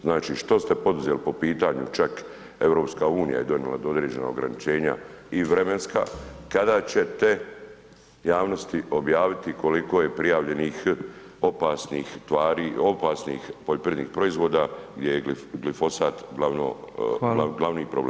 Znači što ste poduzeli po pitanju čak EU je donijela određena ograničenja i vremenska, kada ćete javnosti objaviti koliko je prijavljenih opasnih tvari, opasnih poljoprivrednih proizvoda gdje je glifosat glavni problem?